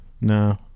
No